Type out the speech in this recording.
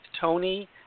Tony